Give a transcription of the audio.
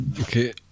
Okay